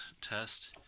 test